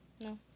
No